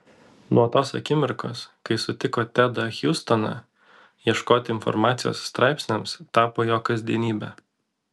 nuo tos akimirkos kai sutiko tedą hjustoną ieškoti informacijos straipsniams tapo jo kasdienybe